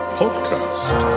podcast